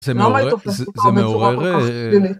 זה מעורר, זה מעורר.